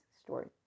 story